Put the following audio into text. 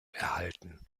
erhalten